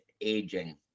aging